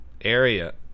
area